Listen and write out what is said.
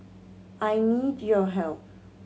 I need your help